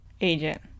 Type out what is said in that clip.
agent